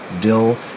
dill